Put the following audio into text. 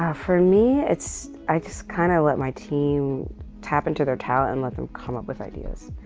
yeah for me, it's i just kind of let my team tap into their talent and let them come up with ideas,